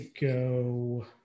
go –